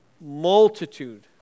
multitude